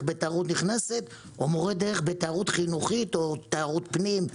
בתיירות נכנסת או מורה דרך בתיירות חינוכית או תיירות פנים,